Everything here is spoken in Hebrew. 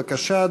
בבקשה,